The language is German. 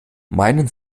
meinen